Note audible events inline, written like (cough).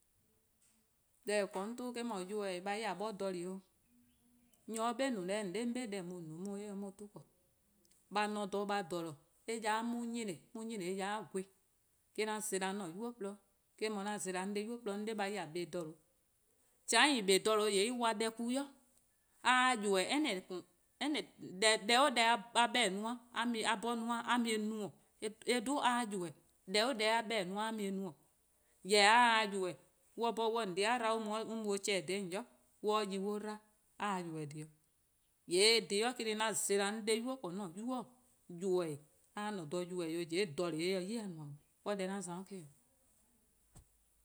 Deh :eh :korn-a 'toh eh-: dhu ybeh-dih-eh a nyi :a bo jeh deh, nyor or 'be no-a deh :yee' zela-or :gwluhuh :eh :mor 'on 'be deh :on no-a eh se 'on 'ton :korn 'o, :mor a ne 'o dha a 'jeh eh ya 'de mo-' nyieh, eh ya 'de gu, :eh-: 'an zela 'an-a 'nynuu :gwluhuh', eh-: 'an zela 'an 'de-di :bio' gwluhuh', a 'nyi :a kpa :dha :due', :mor :chean'i po 'dlu+ :dha :due :yee' eh wa deh kui', :mor a ybeh-dih deh (hesitation) deh 'o deh a 'bhorn a 'ye-a no a mu-eh no, :mor eh 'dhu a :ybeh-dih deh 'o deh a 'beh-dih-a no-a a mu-eh no, jorwor: :mor a se :ybeh-dih :mor an 'bhorn on 'ye :on 'dei' 'dba an mu or :chen 'do :on ybei on 'ye 'de yi on 'hye-or 'dba, a se :ybeh :dhih 'o, :yee' eh :korn dhih 'an zela 'an 'de-di-a 'dekorn :an-'a 'nynuu: :gwluhuh', :ybeh-dih-eh: :yee' jeh-a se 'yi-dih :nmor 'o, deh 'an za-a' eh-: 'o.